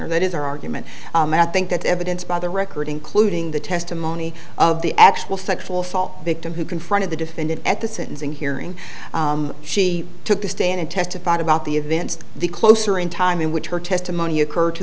honor that is our argument i think that evidence by the record including the testimony of the actual sexual assault victim who confronted the defendant at the sentencing hearing she took the stand and testified about the events the closer in time in which her testimony occur